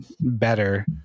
better